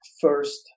first